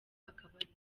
akabariro